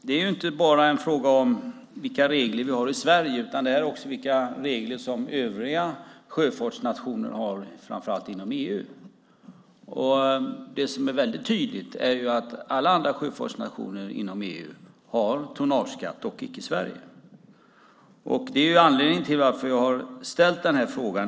Det är inte bara en fråga om vilka regler vi har i Sverige utan det är också fråga om vilka regler som övriga sjöfartsnationer har, framför allt inom EU. Det som är väldigt tydligt är att alla andra sjöfartsnationer inom EU har tonnageskatt, dock icke Sverige. Det är anledningen till att jag har ställt den här frågan.